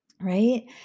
right